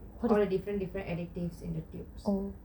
all the different different addictive in the tubes